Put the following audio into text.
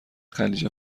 خلیج